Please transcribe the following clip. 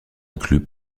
inclus